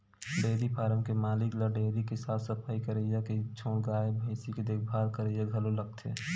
dairy farm के मालिक ल डेयरी के साफ सफई करइया के छोड़ गाय भइसी के देखभाल करइया घलो लागथे